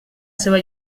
seva